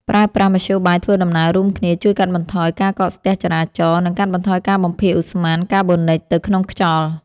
ប្រើប្រាស់មធ្យោបាយធ្វើដំណើររួមគ្នាជួយកាត់បន្ថយការកកស្ទះចរាចរណ៍ និង កាត់បន្ថយការបំភាយឧស្ម័នកាបូនិចទៅក្នុងខ្យល់។